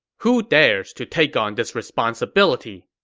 who dares to take on this responsibility?